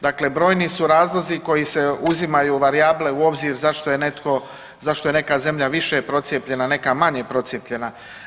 Dakle brojni su razlozi koji se uzimaju u varijable u obzir zašto je netko, zašto je neka zemlja više procijepljena, neka manje procijepljena.